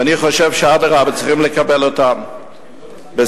ואני חושב שאדרבה, צריכים לקבל אותם בשמחה.